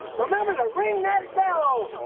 remember to ring that bell!